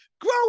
grow